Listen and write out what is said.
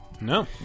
No